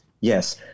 Yes